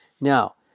Now